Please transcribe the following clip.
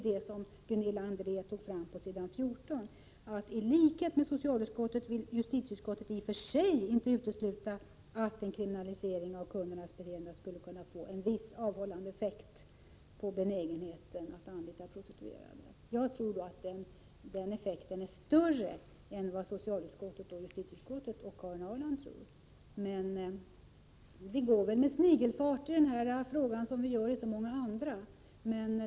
Det står nämligen så här: ”I likhet med socialutskottet vill justitieutskottet i och för sig inte utesluta att en kriminalisering av kundernas beteende skulle kunna få en viss avhållande effekt på benägenheten att anlita prostituerade.” Jag tror att den effekten blir större än vad socialutskottet, justitieutskottet och Karin Ahrland tror. Det går med snigelfart i den här frågan som i så många andra frågor.